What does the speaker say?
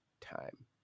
Time